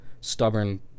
stubborn